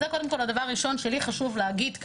אז זה קודם כל הדבר הראשון שלי חשוב להגיד כאן.